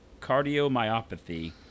cardiomyopathy